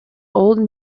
old